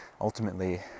Ultimately